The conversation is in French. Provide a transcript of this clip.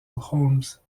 holmes